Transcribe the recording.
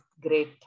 great